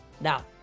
Now